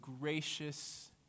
gracious